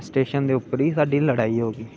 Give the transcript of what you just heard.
station दे्ध उपर ही साढ़ी लड़ाई होई गेई